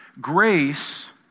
grace